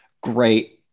great